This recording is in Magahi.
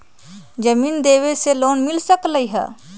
जमीन देवे से लोन मिल सकलइ ह?